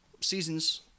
seasons